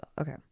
Okay